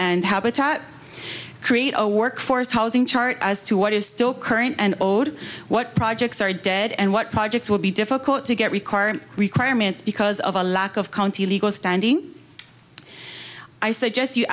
and habitat create a workforce housing chart as to what is still current and owed what projects are dead and what projects will be difficult to get required requirements because of a lack of county legal standing i suggest you